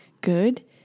Good